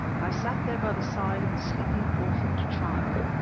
i sat there by the side of the sleeping orphaned child,